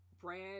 brand